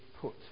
put